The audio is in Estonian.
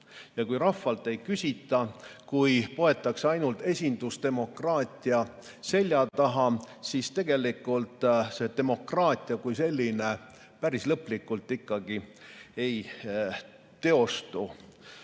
Kui rahvalt ei küsita, kui poetakse ainult esindusdemokraatia selja taha, siis demokraatia kui selline päris lõplikult ikkagi ei teostu.